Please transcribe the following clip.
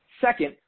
Second